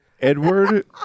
Edward